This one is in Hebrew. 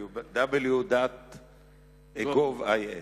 www.dat.gov.il.